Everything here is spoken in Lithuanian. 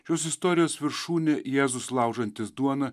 šios istorijos viršūnė jėzus laužantis duoną